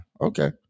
Okay